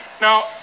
Now